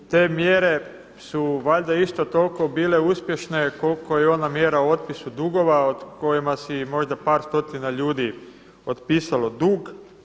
Te mjere su valjda isto toliko bile uspješne koliko i ona mjera o otpisu dugova kojima si je možda par stotina ljudi otpisalo dug.